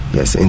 Yes